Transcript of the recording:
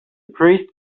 priest